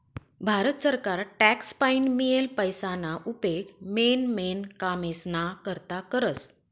भारत सरकार टॅक्स पाईन मियेल पैसाना उपेग मेन मेन कामेस्ना करता करस